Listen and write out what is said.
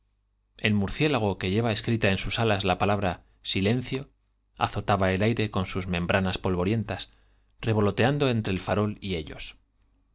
el murciélago que lle va escrita en sus alas la palabra silencio azotaba el aire con sus membranas polvorientas revoloteando entre el farol y y